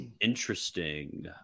Interesting